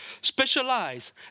specialize